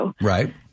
Right